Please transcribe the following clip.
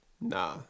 Nah